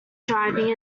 driving